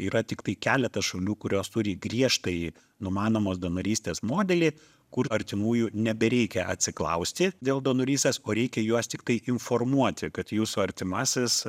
yra tiktai keletas šalių kurios turi griežtai numanomos donorystės modelį kur artimųjų nebereikia atsiklausti dėl donorystės ko reikia juos tiktai informuoti kad jūsų artimasis